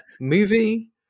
movie